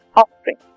offspring